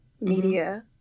media